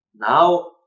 Now